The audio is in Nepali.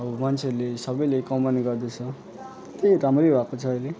अब मान्छेहरूले सबैले कमाउने गर्दछ त्यही हो राम्रै भएको छ अहिले